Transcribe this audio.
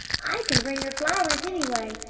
i can bring her flowers, anyway!